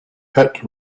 hit